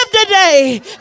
today